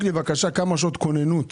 בבקשה כמה שעות כוננות